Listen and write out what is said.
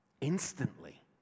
Instantly